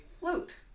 flute